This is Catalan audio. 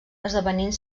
esdevenint